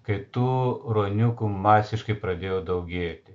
kai tų ruoniukų masiškai pradėjo daugėti